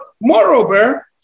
moreover